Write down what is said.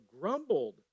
grumbled